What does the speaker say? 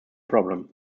problem